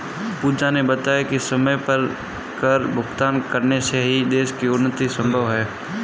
पूजा ने बताया कि समय पर कर भुगतान करने से ही देश की उन्नति संभव है